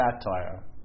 satire